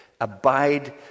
Abide